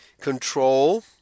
control